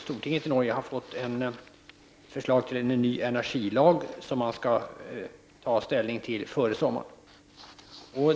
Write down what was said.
Stortinget i Norge har fått sig förelagt ett förslag till en ny energilag som man skall ta ställning till före sommaren.